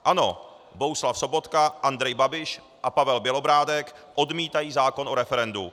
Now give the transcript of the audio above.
Ano, Bohuslav Sobotka, Andrej Babiš a Pavel Bělobrádek odmítají zákon o referendu.